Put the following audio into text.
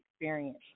experience